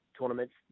tournaments